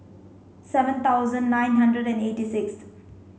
seven thousand nine hundred and eighty sixth